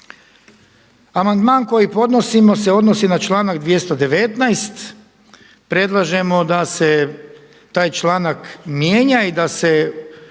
Amandman koji podnosimo se odnosi na članak 219. Predlažemo da se taj članak mijenja i da se,